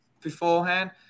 beforehand